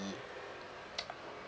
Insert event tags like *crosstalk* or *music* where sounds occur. ~e *noise*